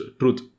truth